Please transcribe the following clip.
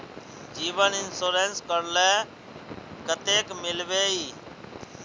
जीवन इंश्योरेंस करले कतेक मिलबे ई?